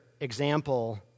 example